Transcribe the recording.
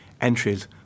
entries